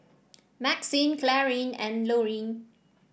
Maxine Clarine and Lorine